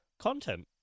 Content